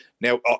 now